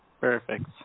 Perfect